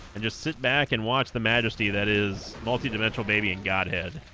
and just sit back and watch the majesty that is multi-dimensional baby and godhead